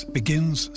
begins